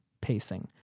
pacing